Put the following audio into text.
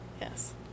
yes